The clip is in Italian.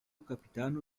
capitano